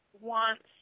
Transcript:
wants